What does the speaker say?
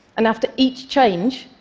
and after each change,